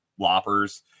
loppers